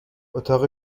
اتاق